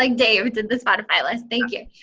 like dave, did the spotify list. thank you.